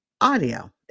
audio